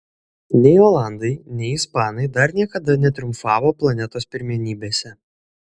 nei olandai nei ispanai dar niekada netriumfavo planetos pirmenybėse